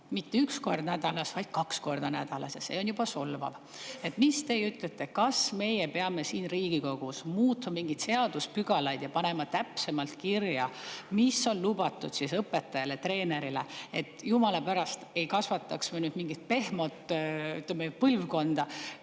mitte üks kord nädalas, vaid kaks korda nädalas. See on [lapsele] solvav. Mis te ütlete? Kas meie peame siin Riigikogus muutma mingeid seadusepügalaid ja panema täpsemalt kirja, mis on lubatud õpetajale ja treenerile, et me jumala pärast ei kasvataks mingit pehmot põlvkonda,